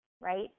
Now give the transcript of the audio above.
right